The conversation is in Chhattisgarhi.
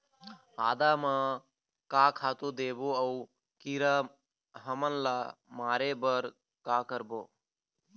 आदा म का खातू देबो अऊ कीरा हमन ला मारे बर का करबो?